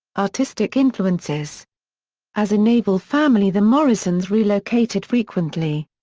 artistic influences as a naval family the morrisons relocated frequently.